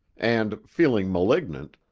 and, feeling malignant,